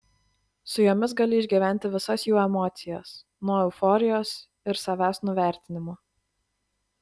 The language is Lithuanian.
su jomis gali išgyventi visas jų emocijas nuo euforijos ir savęs nuvertinimo